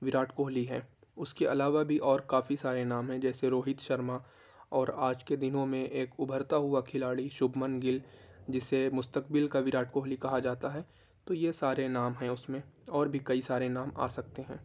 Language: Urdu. وراٹ کوہلی ہے اس کے علاوہ بھی اور کافی سارے نام ہیں جیسے روہت شرما اور آج کے دنوں میں ایک ابھرتا ہوا کھلاڑی شبھمن گل جسے مستقبل کا وراٹ کوہلی کہا جاتا ہے تو یہ سارے نام ہیں اس میں اور بھی کئی سارے نام آ سکتے ہیں